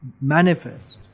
manifest